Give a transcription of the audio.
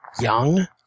young